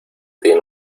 tiene